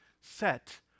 set